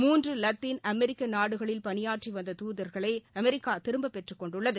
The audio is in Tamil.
மூன்றுலத்தின் அமெரிக்கநாடுகளில் பணியாற்றிவந்த தூதர்களைஅமெரிக்காதிரும்பப் பெற்றுக் கொண்டுள்ளது